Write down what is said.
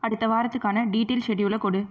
அடுத்த வாரத்துக்கான டீடெயில் ஷெட்யூலை கொடு